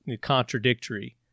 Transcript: contradictory